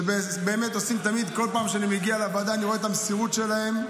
שבכל פעם כשאני מגיע לוועדה אני רואה את המסירות שלהם,